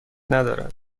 ندارد